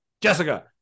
Jessica